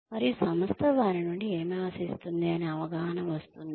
మరియు సంస్థ వారి నుండి ఏమి ఆశిస్తుంది అని అవగాహన వస్తుంది